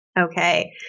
Okay